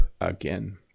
again